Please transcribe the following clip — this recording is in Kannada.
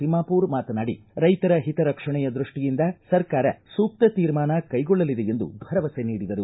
ತಿಮ್ಮಾಪೂರ ಮಾತನಾಡಿ ರೈತರ ಓತ ರಕ್ಷಣೆಯ ದೃಷ್ಟಿಯಿಂದ ಸರ್ಕಾರ ಸೂಕ್ತ ತೀರ್ಮಾನ ಕೈಗೊಳ್ಳಲಿದೆ ಎಂದು ಭರವಸೆ ನೀಡಿದರು